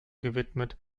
gewidmet